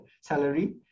salary